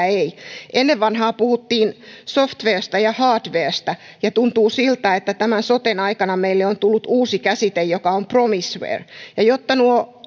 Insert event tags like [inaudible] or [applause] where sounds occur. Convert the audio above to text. [unintelligible] ei ennen vanhaan puhuttiin sofwaresta ja hardwaresta ja tuntuu siltä että tämän soten aikana meille on tullut uusi käsite joka on promiseware ja jotta nuo [unintelligible]